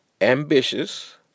ambitious